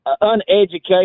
Uneducated